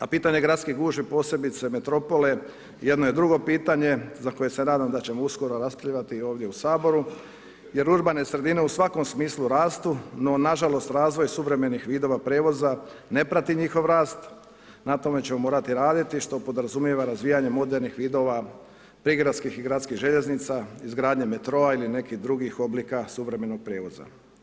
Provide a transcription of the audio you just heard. A pitanje gradskih gužvi, posebice metropole, jedno je drugo pitanje za koje se nadam da ćemo uskoro raspravljati ovdje u Saboru jer urbane sredine u svakom smislu rastu, no nažalost razvoj suvremenih vidova prijevoza ne prati njihov rast, ne tome ćemo morati raditi što podrazumijeva razvijanje modernih vidova prigradskih i gradskih željeznica, izgradnje metroa ili nekih drugih oblika suvremenog prijevoza.